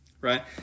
right